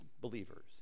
believers